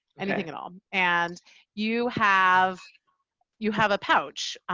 anything at all. and you have you have a pouch.